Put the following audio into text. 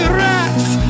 rats